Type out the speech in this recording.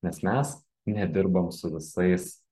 nes mes nedirbam su visais